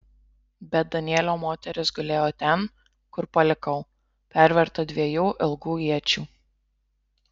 bet danielio moteris gulėjo ten kur palikau perverta dviejų ilgų iečių